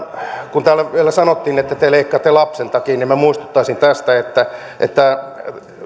kun täällä vielä sanottiin että te leikkaatte lapsiltakin niin minä muistuttaisin tästä että että